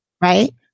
Right